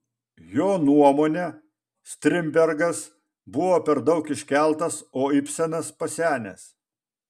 jo nuomone strindbergas buvo per daug iškeltas o ibsenas pasenęs